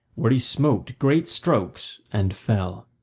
where he smote great strokes and fell.